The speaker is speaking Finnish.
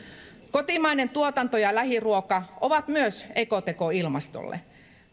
kotimainen tuotanto ja lähiruoka ovat myös ekoteko ilmastolle